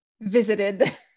visited